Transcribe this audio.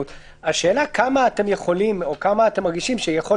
השאלה כמה אתם יכולים או כמה אתם מרגישים שיכול